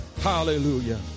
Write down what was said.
hallelujah